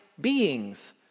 beings